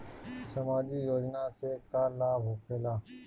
समाजिक योजना से का लाभ होखेला?